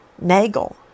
Nagel